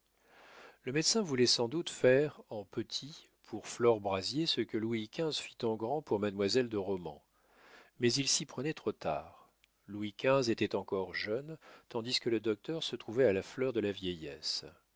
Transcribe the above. le médecin voulait sans doute faire en petit pour flore brazier ce que louis xv fit en grand pour mademoiselle de romans mais il s'y prenait trop tard louis xv était encore jeune tandis que le docteur se trouvait à la fleur de la vieillesse